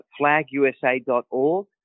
flagusa.org